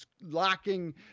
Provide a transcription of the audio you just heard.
lacking